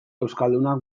euskaldunak